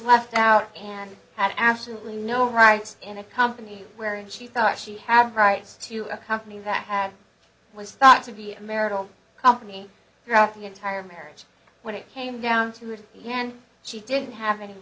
left out and had absolutely no rights in a company wherein she thought she had rights to a company that had it was thought to be a marital company throughout the entire marriage when it came down to it and she didn't have any